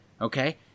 Okay